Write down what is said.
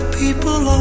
people